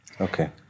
Okay